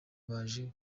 baje